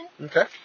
Okay